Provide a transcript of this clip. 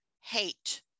hate